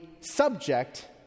subject